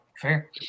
fair